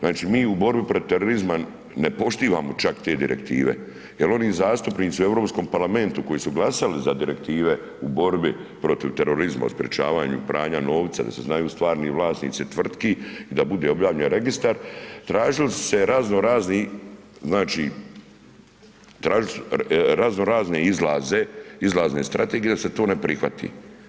Znači, mi u borbi protiv terorizma ne poštivamo čak te direktive, jer oni zastupnici u Europskom parlamentu koji su glasali za direktive u borbi protiv terorizma o sprečavanju pranja novca da se znaju stvarni vlasnici tvrtki i da bude objavljen registar, tražili su se razno razni znači razno razne izlaze, izlazne strategije da se to ne prihvati.